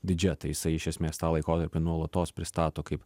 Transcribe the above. didžia tai jisai iš esmės tą laikotarpį nuolatos pristato kaip